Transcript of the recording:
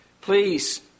Please